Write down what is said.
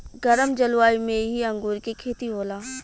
गरम जलवायु में ही अंगूर के खेती होला